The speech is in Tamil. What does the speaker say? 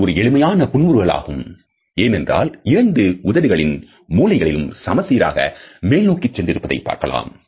அது ஒரு எளிமையான புன்முறுவல் ஆகும் ஏனென்றால் இரண்டு உதடுகளின் மூலைகளிலும் சமச்சீராக மேல் நோக்கி சென்று இருப்பதை பார்க்கலாம்